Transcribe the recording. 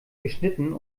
geschnitten